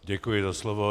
Děkuji za slovo.